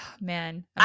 man